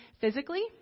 physically